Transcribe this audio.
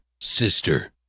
sister